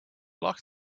locked